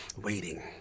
waiting